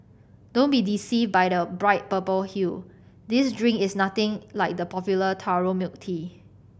don't be deceived by the bright purple hue this drink is nothing like the popular taro milk tea